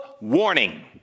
warning